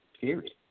period